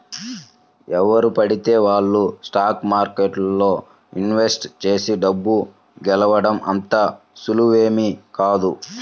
ఎవరు పడితే వాళ్ళు స్టాక్ మార్కెట్లో ఇన్వెస్ట్ చేసి డబ్బు గెలవడం అంత సులువేమీ కాదు